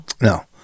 No